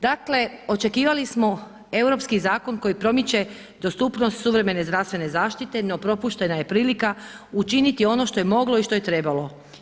Dakle, očekivali smo europski zakon koji promiče dostupnost suvremene zdravstvene zaštite, no propuštena je prilika učiniti ono što je moglo i što je trebalo.